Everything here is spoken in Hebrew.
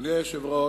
אדוני היושב-ראש,